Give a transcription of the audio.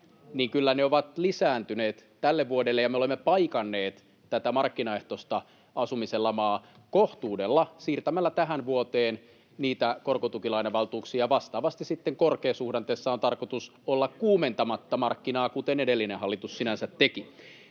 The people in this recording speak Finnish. niin kyllä ne ovat lisääntyneet tälle vuodelle. Me olemme paikanneet tätä markkinaehtoista asumisen lamaa kohtuudella siirtämällä tähän vuoteen niitä korkotukilainavaltuuksia. Vastaavasti sitten korkeasuhdanteessa on tarkoitus olla kuumentamatta markkinaa, kuten edellinen hallitus sinänsä teki.